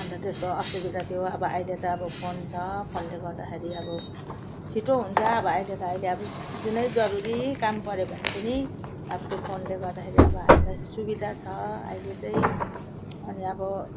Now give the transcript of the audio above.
अन्त त्यस्तो असुविधा थियो अब अहिले त अब फोन छ फोनले गर्दाखेरि अब छिटो हुन्छ अब अहिले त अहिले अब जुनै जरुरी काम पऱ्यो भने पनि अब त्यो फोनले गर्दाखेरि अब हामीलाई सुविधा छ अहिले चाहिँ अनि अब